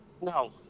No